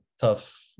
tough